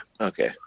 Okay